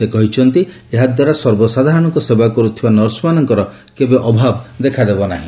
ସେ କହିଛନ୍ତି ଏହା ଦ୍ୱାରା ସର୍ବସାଧାରଣଙ୍କର ସେବା କରୁଥିବା ନର୍ସମାନଙ୍କର କେବେ ଅଭାବ ଦେଖାଦେବ ନାହିଁ